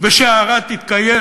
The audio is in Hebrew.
וערד תתקיים?